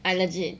I legit